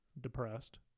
depressed